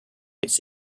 its